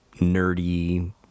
nerdy